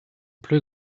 plus